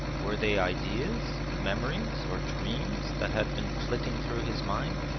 were they ideas, memories, or dreams that had been flitting through his mind?